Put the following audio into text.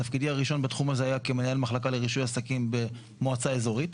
תפקידי הראשון בתחום היה כמנהל מחלקה לרישוי עסקים במועצה אזורית.